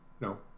no